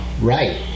right